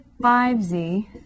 5z